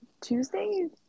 Tuesdays